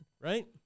right